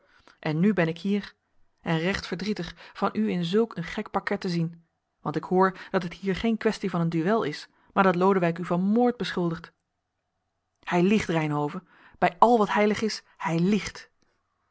en nu ben ik hier en recht verdrietig van u in zulk een gek parquet te zien want ik hoor dat het hier geen quaestie van een duel is maar dat lodewijk u van moord beschuldigt hij liegt reynhove bij al wat heilig is hij liegt